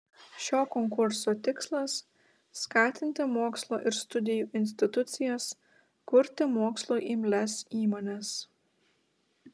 šio konkurso tikslas skatinti mokslo ir studijų institucijas kurti mokslui imlias įmones